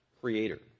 creator